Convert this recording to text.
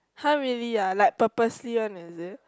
[huh] really ah like purposely one is it